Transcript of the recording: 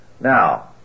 Now